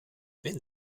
wenn